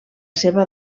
seva